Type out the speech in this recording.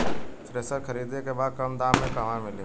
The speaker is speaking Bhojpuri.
थ्रेसर खरीदे के बा कम दाम में कहवा मिली?